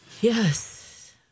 Yes